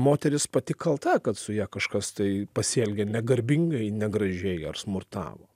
moteris pati kalta kad su ja kažkas tai pasielgė negarbingai negražiai ar smurtavo